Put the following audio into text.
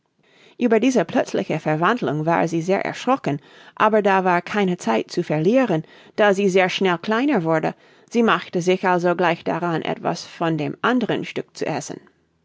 ueber diese plötzliche verwandlung war sie sehr erschrocken aber da war keine zeit zu verlieren da sie sehr schnell kleiner wurde sie machte sich also gleich daran etwas von dem andern stück zu essen